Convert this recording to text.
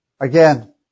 Again